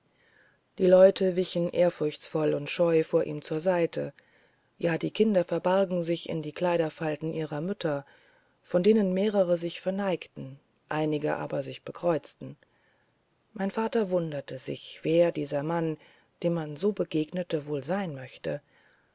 die leute wichen ehrfurchtsvoll und scheu vor ihm zur seite ja die kinder verbargen sich in die kleiderfalten ihrer mütter von denen mehrere sich verneigten einige aber sich bekreuzten mein vater wunderte sich wer dieser mann dem man so begegnet wohl sein möchte